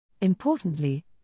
Importantly